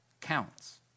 counts